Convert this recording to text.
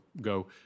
go